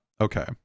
Okay